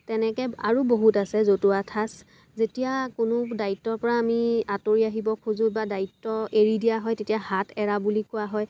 তেনেকে আৰু বহুত আছে জতুৱা ঠাঁচ যেতিয়া কোনো দায়িত্ৱৰ পৰা আমি আতৰি আহিব খোজো বা দায়িত্ৱ এৰি দিয়া হয় তেতিয়া হাত এৰা বুলি কোৱা হয়